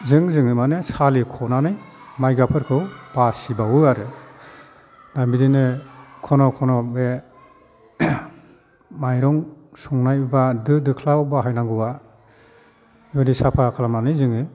जों जोङो मानि सालिख'नानै माइगाबफोरखौ बासिबावो आरो दा बिदिनो खन' खन' बे माइरं संनाय बा दो दोख्ला बाहायनांगौआ ओरै साफा खालामनानै जोङो